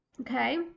okay